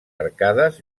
arcades